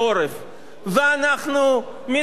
מתוך שורות מפלגת קדימה,